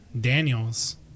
Daniels